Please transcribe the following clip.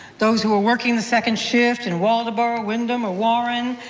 those who are working the second shift, in waldoboro, windham, or warren,